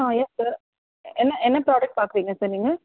ஆ yes sir என்ன என்ன product பார்க்குறீங்க சார் நீங்கள்